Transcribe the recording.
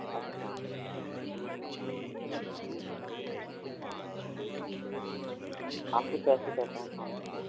अच्छा आपके पैसे कट रहे हैं अकाउंट से